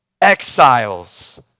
Exiles